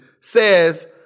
says